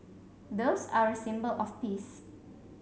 doves are a symbol of peace